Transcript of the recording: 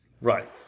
Right